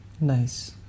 Nice